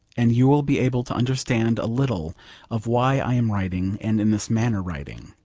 and you will be able to understand a little of why i am writing, and in this manner writing.